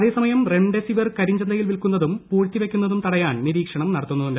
അതേസമയം റെംഡെസിവിർ കരിഞ്ചന്തയിൽ വിൽക്കുന്നതും പൂഴ്ത്തിവയ്ക്കുന്നതും തടയാൻ നിരീക്ഷണം നടത്തുന്നുണ്ട്